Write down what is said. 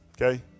Okay